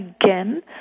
again